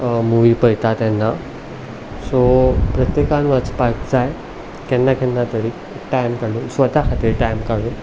movie पळयता तेन्ना सो प्रत्येकान वचपाक जाय केन्ना केन्ना तरी टायम काडून स्वता खातीर टायम काडून